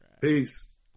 Peace